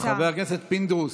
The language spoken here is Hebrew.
חבר הכנסת פינדרוס,